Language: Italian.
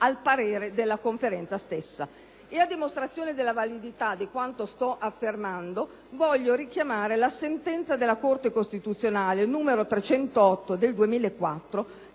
parere della Conferenza stessa. A dimostrazione della validità di quanto sto affermando, voglio richiamare la sentenza della Corte costituzionale n. 308 del 2004